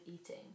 eating